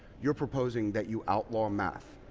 you're proposing that you outlaw math.